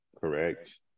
Correct